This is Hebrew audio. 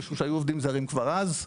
משום שהיו עובדים זרים כבר אז.